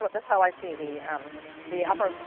but that's how i see the um the upper,